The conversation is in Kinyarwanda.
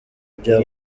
bya